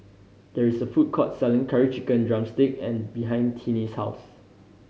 there is a food court selling Curry Chicken drumstick and behind Tinie's house